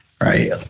right